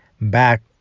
back